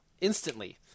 instantly